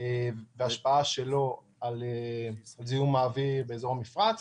וההשפעה שלו על זיהום האוויר באזור המפרץ.